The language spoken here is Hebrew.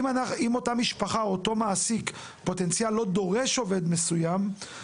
אם אותה משפחה או אותו מעסיק פוטנציאל לא דורש עובד מסוים,